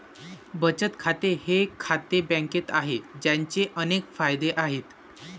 बचत खाते हे खाते बँकेत आहे, ज्याचे अनेक फायदे आहेत